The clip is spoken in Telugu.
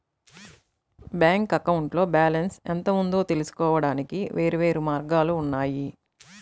బ్యాంక్ అకౌంట్లో బ్యాలెన్స్ ఎంత ఉందో తెలుసుకోవడానికి వేర్వేరు మార్గాలు ఉన్నాయి